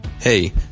Hey